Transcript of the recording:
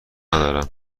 ندارم